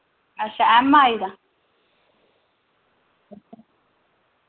अच्छा एमआई दा